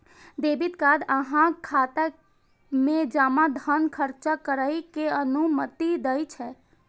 debit card अहांक खाता मे जमा धन खर्च करै के अनुमति दै छै